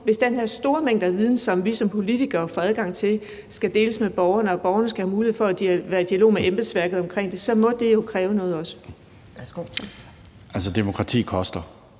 hvis den her store mængde af viden, som vi som politikere får adgang til, skal deles med borgerne og borgerne skal have mulighed for at være i dialog med embedsværket om det, så må det jo kræve noget også. Kl. 12:49 Anden